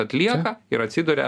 atlieka ir atsiduria